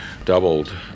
doubled